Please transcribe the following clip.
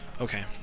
okay